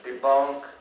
debunk